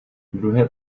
druhé